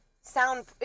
sound